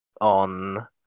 on